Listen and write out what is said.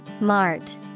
Mart